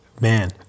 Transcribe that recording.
Man